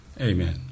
Amen